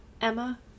Emma